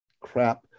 crap